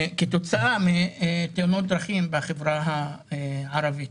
כתוצאה מתאונות דרכים בחברה הערבית.